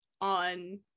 on